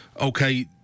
okay